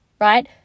right